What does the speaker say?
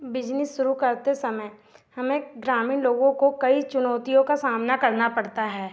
business शुरू करते समय हमें ग्रामीण लोगों को कई चुनौतियों का सामना करना पड़ता है